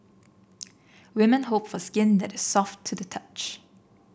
women hope for skin that is soft to the touch